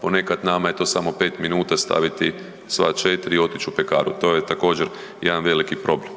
ponekad nama je to samo 5 minuta staviti sva 4 i otići u pekaru. To je također jedan veliki problem.